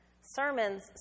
sermons